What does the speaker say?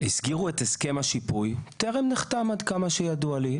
הזכירו את הסכם השיפוי, טרם נחתם עד כמה שידוע לי.